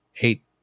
eight